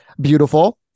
beautiful